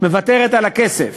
מוותרת על הכסף.